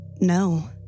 no